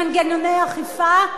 מנגנוני אכיפה,